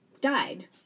died